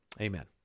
Amen